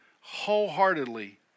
wholeheartedly